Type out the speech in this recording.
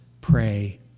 pray